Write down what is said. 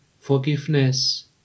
forgiveness